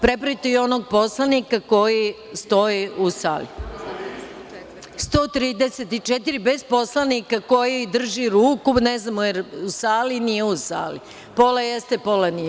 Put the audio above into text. Prebrojte i onog poslanika koji stoji u sali, 134 bez poslanika koji drži ruku, ne znamo da li je u sali ili nije u sali, pola jeste pola nije.